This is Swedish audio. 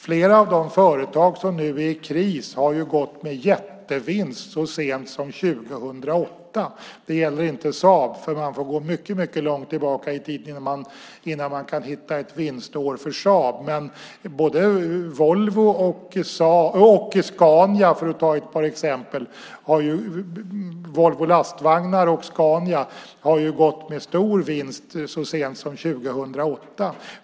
Flera av de företag som nu är i kris har ju gått med jättevinst så sent som 2008. Det gäller inte Saab, för man får gå mycket långt tillbaka i tiden för att hitta ett vinstår för Saab. Men både Volvo Lastvagnar och Scania, för att ta ett par exempel, har ju gått med stor vinst så sent som 2008.